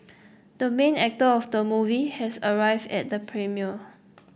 the main actor of the movie has arrived at the premiere